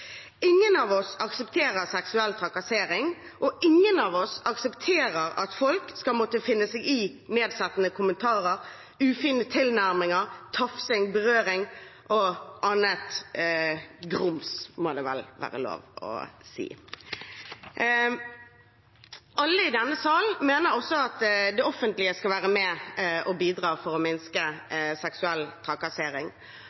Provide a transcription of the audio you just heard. Ingen av oss aksepterer seksuell trakassering, og ingen av oss aksepterer at folk skal måtte finne seg i nedsettende kommentarer, ufine tilnærminger, tafsing, berøring og annet grums – som det vel må være lov å si. Alle i denne sal mener også at det offentlige skal være med og bidra for å minske